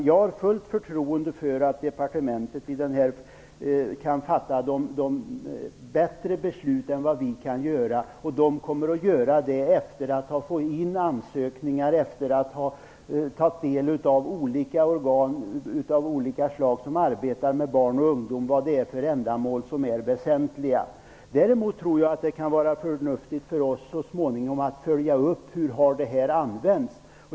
Jag har fullt förtroende för att departementet kan fatta bättre beslut än vad vi kan göra, och det kommer att göra det efter att ha fått in ansökningar och efter att ha tagit del av vilka ändamål som är väsentliga för organ av olika slag som arbetar med barn och ungdom. Däremot tror jag att det kan vara förnuftigt av oss att så småningom följa upp hur medlen har använts.